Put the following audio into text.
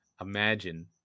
imagine